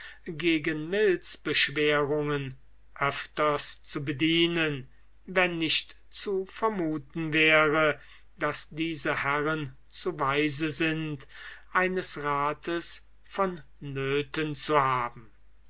gegen milzbeschwerungen öfters zu bedienen wenn recht zu vermuten wäre daß diese herren zu weise sind eines rates vonnöten zu haben